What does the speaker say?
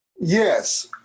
Yes